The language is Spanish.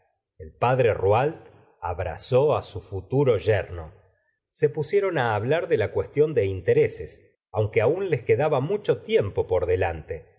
el padre rouault abrazó á su futuro yerno se pusieron hablar de la cuestión de intereses aunque aún les quedaba mucho tiempo por delante